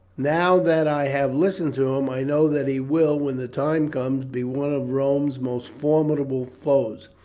now that i have listened to him i know that he will, when the time comes, be one of rome's most formidable foes.